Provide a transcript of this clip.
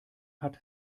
hat